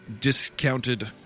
discounted